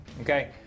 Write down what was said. okay